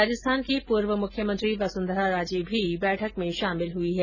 राजस्थान की पूर्व मुख्यमंत्री वसुंधरा राजे भी बैठक में शामिल हुई है